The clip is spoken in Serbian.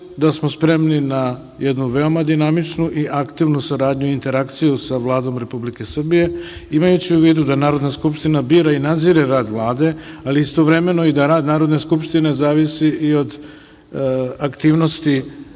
smo spremni na jednu veoma dinamičnu i aktivnu saradnju i interakciju sa Vladom Republike Srbije, imajući u vidu da Narodna skupština bira i nadzire rad Vlade, ali istovremeno i da rad Narodne skupštine zavisi i od aktivnosti